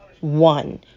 one